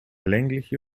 längliche